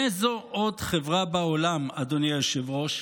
באיזו עוד חברה בעולם, אדוני היושב-ראש,